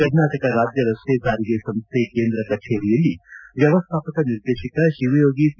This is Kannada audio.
ಕರ್ನಾಟಕ ರಾಜ್ಯ ರಸ್ತೆ ಸಾರಿಗೆ ಸಂಸ್ಥೆ ಕೇಂದ್ರ ಕಭೇರಿಯಲ್ಲಿ ವ್ಯವಸ್ಥಾಪಕ ನಿರ್ದೇಶಕ ಶಿವಯೋಗಿ ಸಿ